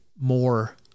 more